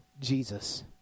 Jesus